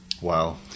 Wow